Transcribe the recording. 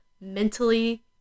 mentally